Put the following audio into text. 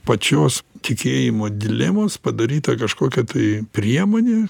pačios tikėjimo dilemos padaryta kažkokia tai priemonė